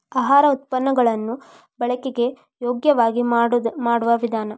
ಆಹಾರ ಉತ್ಪನ್ನ ಗಳನ್ನು ಬಳಕೆಗೆ ಯೋಗ್ಯವಾಗಿ ಮಾಡುವ ವಿಧಾನ